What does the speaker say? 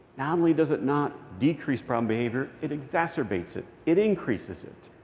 not only does it not decrease problem behavior, it exacerbates it. it increases it.